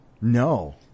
No